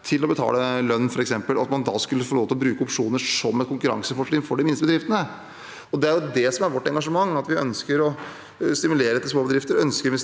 og investeringer i teknologi og at man da skulle få lov til å bruke opsjoner som et konkurransefortrinn for de minste bedriftene. Det er det som er vårt engasjement. Vi ønsker å stimulere små bedrifter, ønsker å